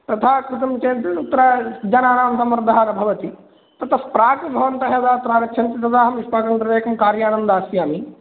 तथा कृतं चेत् तत्र जनानां सम्मर्दः न भवति ततः प्राक् भवन्तः यदा अत्र आगच्छन्ति तदा अहं युष्माकं कृते एकं कार्यानं दास्यामि